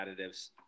additives